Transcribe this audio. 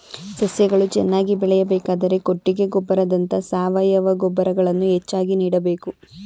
ಸಸ್ಯಗಳು ಚೆನ್ನಾಗಿ ಬೆಳೆಯಬೇಕಾದರೆ ಕೊಟ್ಟಿಗೆ ಗೊಬ್ಬರದಂತ ಸಾವಯವ ಗೊಬ್ಬರಗಳನ್ನು ಹೆಚ್ಚಾಗಿ ನೀಡಬೇಕು